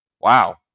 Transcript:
Wow